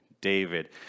David